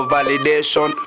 Validation